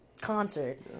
concert